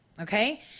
okay